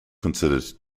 considered